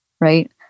right